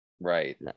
Right